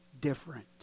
different